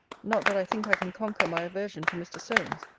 not that i think i can conquer my aversion to mr. solmes.